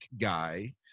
guy